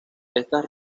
estas